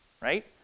right